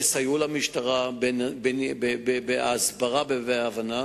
תסייעו למשטרה בהסברה ובהבנה.